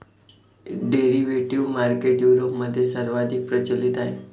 derivative market युरोपमध्ये सर्वाधिक प्रचलित आहे